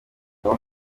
wowe